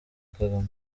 kagame